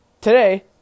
today